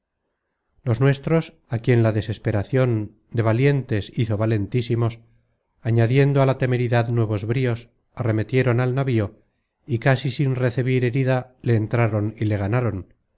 los nuestros a quien la desesperacion de valientes hizo valentísimos añadiendo a la temeridad nuevos bríos arremetieron al navío y casi sin recebir herida le entraron y le ganaron